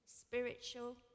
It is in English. spiritual